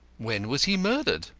when was he murdered?